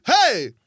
hey